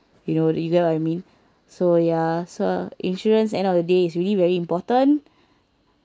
you know you get what I mean so ya so insurance end of the day is really very important